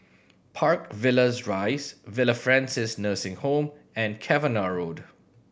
Park Villas Rise Villa Francis Nursing Home and Cavenagh Road